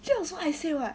actually that also I say [what]